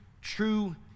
true